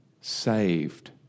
saved